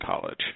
college